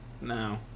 No